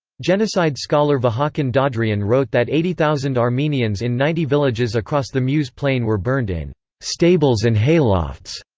genocide scholar vahakn dadrian wrote that eighty thousand armenians in ninety villages across the mus plain were burned in stables and haylofts.